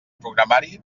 programari